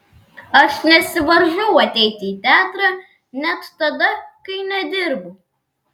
aš nesivaržau ateiti į teatrą net tada kai nedirbu